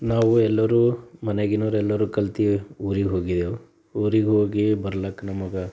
ನಾವು ಎಲ್ಲರು ಮನೆಯಾಗಿನವರು ಎಲ್ಲರು ಕಲ್ತು ಊರಿಗ್ಹೋಗಿದ್ದೆವು ಊರಿಗ್ಹೋಗಿ ಬರಲಿಕ್ಕೆ ನಮಗೆ